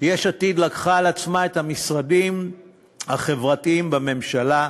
יש עתיד לקחה על עצמה את המשרדים החברתיים בממשלה: